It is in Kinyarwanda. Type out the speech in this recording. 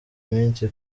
minsi